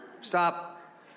Stop